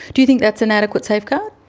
do you think that's an adequate safeguard?